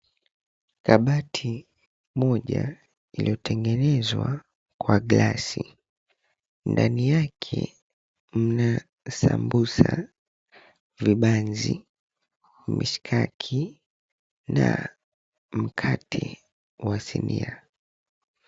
Kabati moja iliyotengenezwa kwa glasi, ndani yake mna sambusa, vibanzi, mishkaki, na, mkate wa sinia.